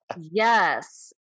yes